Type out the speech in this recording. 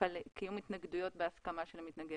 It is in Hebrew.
על קיום התנגדויות בהסכמה של המתנגד.